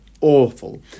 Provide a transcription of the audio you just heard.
awful